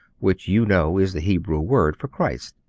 which you know, is the hebrew word for christ.